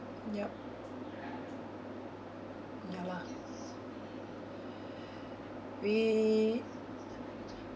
yup ya lah we